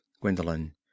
Gwendolen